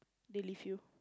they leave you